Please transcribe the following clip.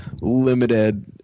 limited